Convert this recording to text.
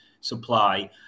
supply